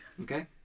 Okay